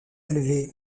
élevé